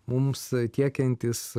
mums tiekiantys